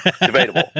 debatable